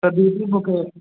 तॾहिं बि मूंखे